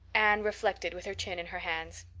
anne reflected with her chin in her hands.